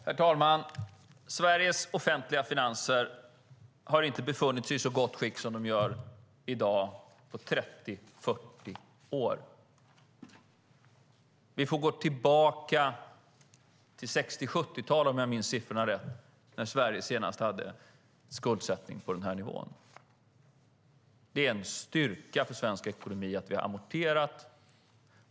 Herr talman! Sveriges offentliga finanser har inte på 30-40 år befunnit sig i så gott skick som de gör i dag. Vi får gå tillbaka till 60 och 70-talen, om jag minns siffrorna rätt, då Sverige senast hade skuldsättning på den här nivån. Det är en styrka för svensk ekonomi att vi har amorterat.